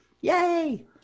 Yay